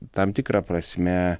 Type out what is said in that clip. tam tikra prasme